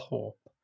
Hope